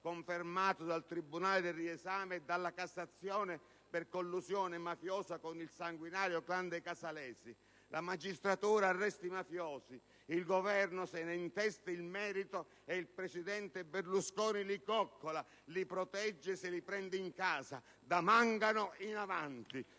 confermato dal tribunale del riesame e dalla cassazione per collusione mafiosa con il sanguinario *clan* dei Casalesi. La magistratura arresta i mafiosi, il Governo se ne intesta il merito e il presidente Berlusconi li coccola, li protegge, se li prende in casa, da Mangano in avanti!